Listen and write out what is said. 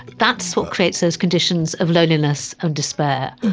that's what creates those conditions of loneliness and despair.